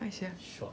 how sia